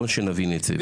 בוא שנבין את זה.